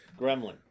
Gremlin